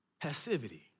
passivity